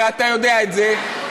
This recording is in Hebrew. הרי אתה יודע את זה,